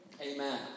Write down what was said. Amen